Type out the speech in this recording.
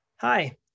Hi